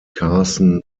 carson